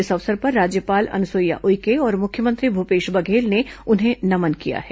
इस अवसर पर राज्यपाल अनुसुईया उइके और मुख्यमंत्री भूपेश बघेल ने उन्हें नमन किया है